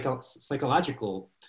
psychological